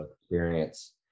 experience